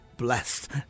blessed